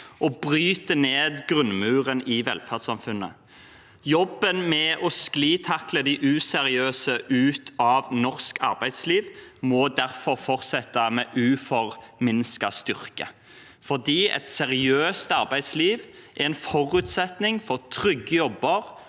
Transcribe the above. og bryter ned grunnmuren i velferdssamfunnet. Jobben med å sklitakle de useriøse ut av norsk arbeidsliv må derfor fortsette med uforminsket styrke, fordi et seriøst arbeidsliv er en forutsetning for trygge jobber,